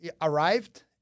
arrived